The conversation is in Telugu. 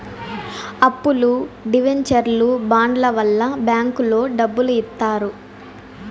అప్పులు డివెంచర్లు బాండ్ల వల్ల బ్యాంకులో డబ్బులు ఇత్తారు